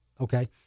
okay